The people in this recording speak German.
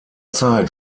zeit